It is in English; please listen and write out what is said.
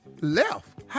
Left